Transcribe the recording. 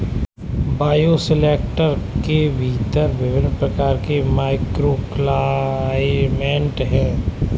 bioshelter के भीतर विभिन्न प्रकार के माइक्रोक्लाइमेट हैं